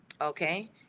Okay